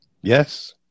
yes